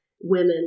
women